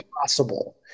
possible